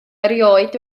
erioed